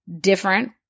different